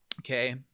okay